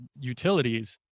utilities